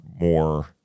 more